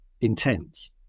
intense